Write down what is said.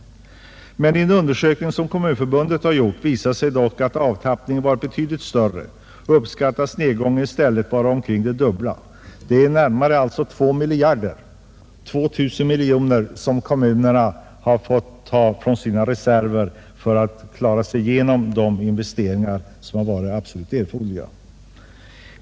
I en undersökning som Kommunförbundet gjort visar det sig dock att avtappningen blivit betydligt större. Nedgången uppskattas i stället till omkring det dubbla eller närmare 2 miljarder kronor som kommunerna fått ta från sina reserver för att klara de investeringar som varit absolut erforderliga.